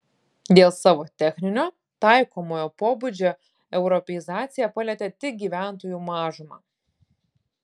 dėl savo techninio taikomojo pobūdžio europeizacija palietė tik gyventojų mažumą